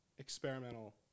experimental